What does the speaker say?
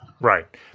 Right